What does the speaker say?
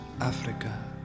Africa